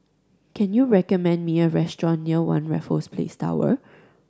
can you recommend me a restaurant near One Raffles Place Tower